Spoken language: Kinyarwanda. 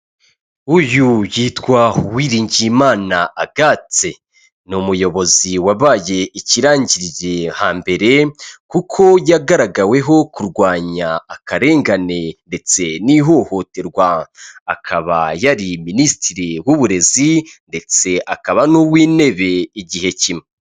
Uyu yitwa Uwiringiyimana Agathe. Ni umuyobozi wabaye ikirangirire hambere, kuko yagaragaweho kurwanya akarengane ndetse n'ihohoterwa. Akaba yari minisitiri w'uburezi ndetse akaba n'uw'intebe igihe kimwe.